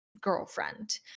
girlfriend